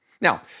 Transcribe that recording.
Now